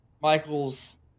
Michael's